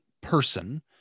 person